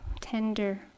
tender